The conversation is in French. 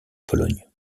pologne